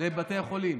לבתי החולים.